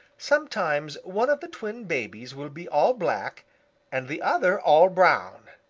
sometimes one of the twin babies will be all black and the other all brown.